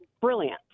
brilliant